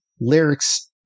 lyrics